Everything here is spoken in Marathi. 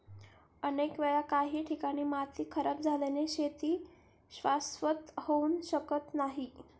अनेक वेळा काही ठिकाणी माती खराब झाल्याने शेती शाश्वत होऊ शकत नाही